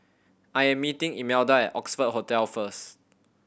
I am meeting Imelda at Oxford Hotel first